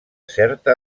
certa